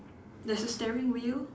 there's a steering wheel